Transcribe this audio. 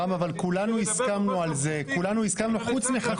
רם, אבל כולנו הסכמנו על זה, חוץ מחבר